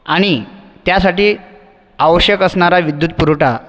आणि त्यासाठी आवश्यक असणारा विद्युत पुरवठा